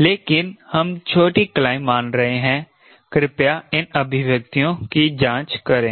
लेकिन हम छोटी क्लाइंब मान रहे हैं कृपया इन अभीव्यक्तियों की जाँच करें